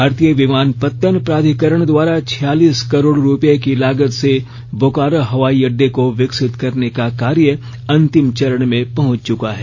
भारतीय विमानपत्तन प्राधिकरण द्वारा छियालिस करोड़ रुपए की लागत से बोकारो हवाई अर्डे को विकसित करने का कार्य अंतिम चरण में पहुंच चुका है